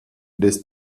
des